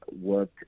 work